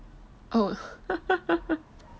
oh